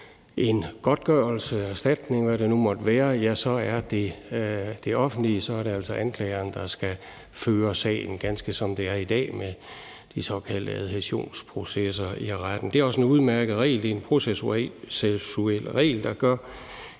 er det det offentlige, altså anklageren, der skal føre sagen, ganske som det er i dag med de såkaldte adhæsionsprocesser i retten. Det er også en udmærket regel. Det er en processuel regel, der gør,